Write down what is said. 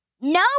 no